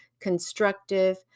constructive